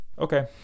Okay